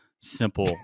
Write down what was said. simple